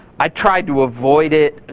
i tried to avoid it.